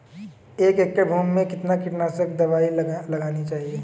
एक एकड़ भूमि में कितनी कीटनाशक दबाई लगानी चाहिए?